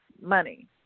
money